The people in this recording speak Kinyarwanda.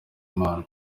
imana